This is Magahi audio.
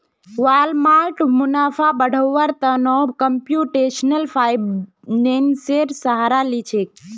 वालमार्ट मुनाफा बढ़व्वार त न कंप्यूटेशनल फाइनेंसेर सहारा ली छेक